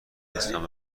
اسمم